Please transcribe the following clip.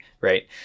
Right